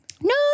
No